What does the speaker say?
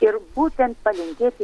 ir būtent palinkėti